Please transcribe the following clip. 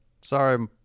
Sorry